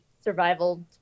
survival